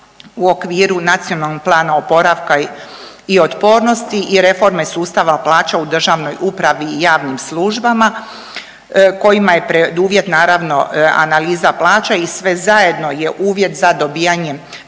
provodi kao i prethodna dva u okviru NPOO-a i reforme sustava plaća u državnoj upravi i javnim službama kojima je preduvjet naravno analiza plaća i sve zajedno je uvjet za dobijanjem